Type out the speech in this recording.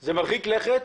זה מרחיק לכת,